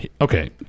Okay